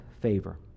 favor